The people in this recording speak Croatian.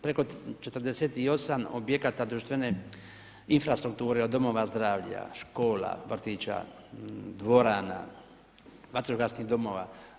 Preko 48 objekata društvene infrastrukture, od domova zdravlja, škola, vrtića, dvorana, vatrogasnih domova.